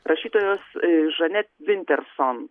rašytojos žanet vinterson